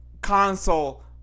console